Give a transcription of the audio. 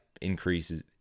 increases